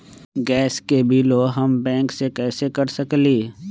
Gas के बिलों हम बैंक से कैसे कर सकली?